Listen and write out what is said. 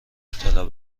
اطلاع